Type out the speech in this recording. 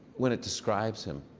when it describes him,